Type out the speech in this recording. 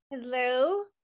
Hello